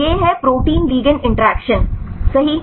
तो यह है प्रोटीन लिगैंड इंटरैक्शन सही